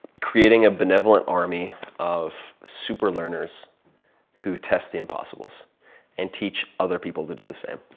creating a benevolent army of super learners who test the impossibles and teach other people to do the same.